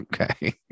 Okay